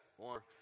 more